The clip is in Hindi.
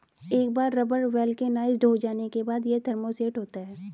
एक बार रबर वल्केनाइज्ड हो जाने के बाद, यह थर्मोसेट होता है